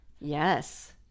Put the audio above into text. Yes